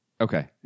Okay